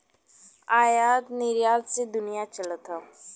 आयात निरयात से दुनिया चलत हौ